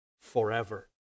forever